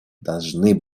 должны